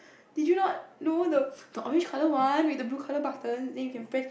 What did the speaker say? did you not know the the orange colour one with the blue colour button then you can press